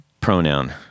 pronoun